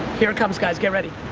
here it comes, guys, get ready.